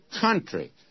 country